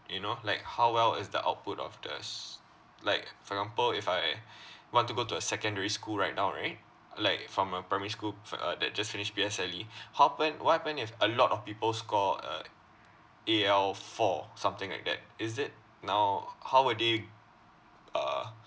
you know like how well is the output of the s~ like for example if I want to go to a secondary school right now right like from a primary school f~ uh that just finish P_S_L_E how plan what happen if a lot of people score uh A_L four something like that is it now how would they uh